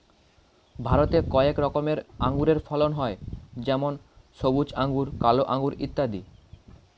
ভারতে কয়েক রকমের আঙুরের ফলন হয় যেমন সবুজ আঙুর, কালো আঙুর ইত্যাদি